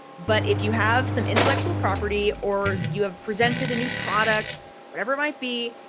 but if you have some intellectual property, or you have presented a new product whatever it might be,